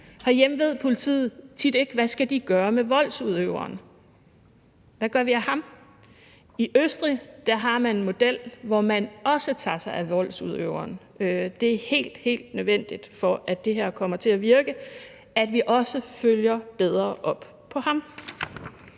Herhjemme ved politiet tit ikke, hvad de skal gøre med voldsudøveren. Hvad gør vi med ham? I Østrig har man en model, hvor man også tager sig af voldsudøveren. Det er helt, helt nødvendigt, for at det her kommer til at virke, at vi også følger bedre op på ham.